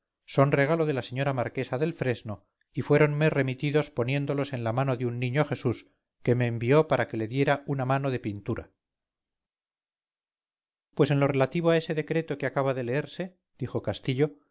son regalo de la señora marquesa del fresno y fuéronme remitidos poniéndolos en la mano de un niño jesús que me envió para que le diera una mano de pintura pues en lo relativo a ese decreto que acaba de leerse dijo castillo